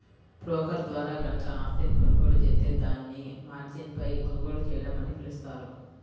broker ద్వారా గనక ఆస్తిని కొనుగోలు జేత్తే దాన్ని మార్జిన్పై కొనుగోలు చేయడం అని పిలుస్తారు